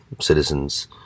citizens